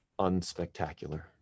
unspectacular